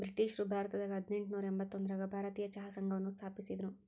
ಬ್ರಿಟಿಷ್ರು ಭಾರತದಾಗ ಹದಿನೆಂಟನೂರ ಎಂಬತ್ತೊಂದರಾಗ ಭಾರತೇಯ ಚಹಾ ಸಂಘವನ್ನ ಸ್ಥಾಪಿಸಿದ್ರು